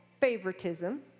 favoritism